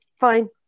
fine